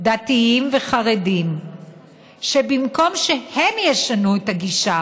דתיים וחרדיים שבמקום שהם ישנו את הגישה,